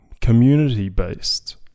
community-based